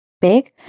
big